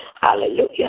Hallelujah